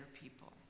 people